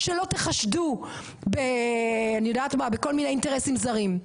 שלא תחשדו אני יודעת מה בכל מיני אינטרסים זרים.